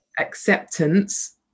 acceptance